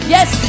Yes